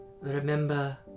Remember